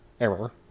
Error